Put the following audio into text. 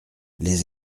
les